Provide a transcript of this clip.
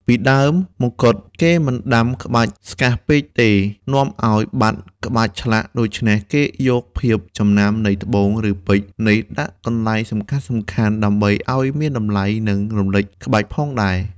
ពីដើមមកុដ គេមិនដាំក្បាច់ស្កាស់ពេកទេ នាំឲ្យបាត់ក្បាច់ឆ្លាក់ ដូច្នេះគេយកភាពចំណាំងនៃត្បូង ឬពេជ្រនេះដាក់កន្លែងសំខាន់ៗ ដើម្បីឲ្យមានតម្លៃ និងរំលេចក្បាច់ផងដែរ។